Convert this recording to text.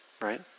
right